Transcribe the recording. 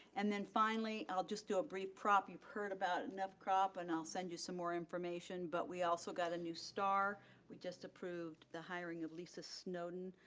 and then finally, i'll just do a brief crop. you've heard about enough crop and i'll send you some more information but we also got a new star just approved, the hiring of lisa snowden.